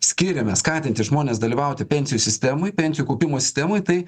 skiriame skatinti žmones dalyvauti pensijų sistemoj pensijų kaupimo sistemoj tai